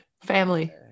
family